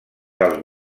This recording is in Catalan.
dels